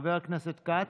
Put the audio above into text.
חבר הכנסת כץ,